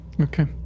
Okay